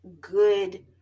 good